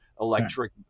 electric